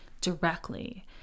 directly